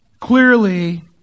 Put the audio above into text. Clearly